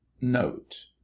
Note